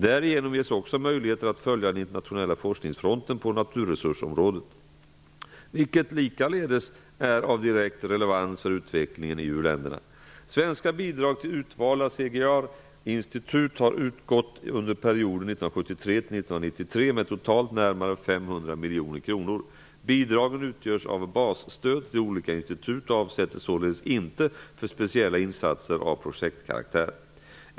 Därigenom ges också möjligheter att följa den internationella forskningsfronten på naturresursområdet, vilket likaledes är av direkt relevans för utvecklingen i uländerna. Svenska bidrag till utvalda CGIAR-institut har utgått under perioden 1973--1993 med totalt närmare 500 miljoner kronor. Bidragen utgörs av basstöd till olika institut och avsätts således inte för speciella insatser av projektkaraktär.